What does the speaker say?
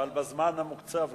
אבל בזמן המוקצב לך.